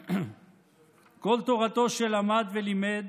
כל תורתו שלמד ולימד